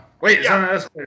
Wait